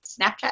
snapchat